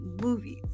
movies